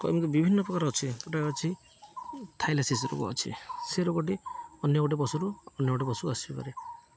ଏମିତି ବିଭିନ୍ନ ପ୍ରକାର ଅଛି ଯେଉଁଟାକ ଅଛି ଥାଇଲାଶିଷ ରୋଗ ଅଛି ସେ ରୋଗଟି ଅନ୍ୟ ଗୋଟେ ପଶୁରୁ ଅନ୍ୟ ଗୋଟେ ପଶୁ ଆସିପାରେ